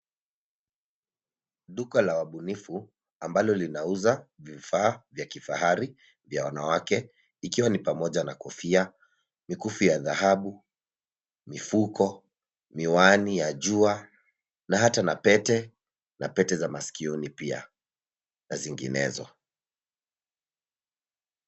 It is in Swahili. Duka la wabunifu ambalo linauza vifaa vya kifahari vya wanawake, ikiwa ni pamoja na kofia, mikufu ya dhahabu, mifuko, miwani ya jua, na hata na pete, na pete za masikioni pia na zinginezo.